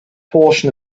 portion